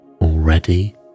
already